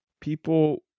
people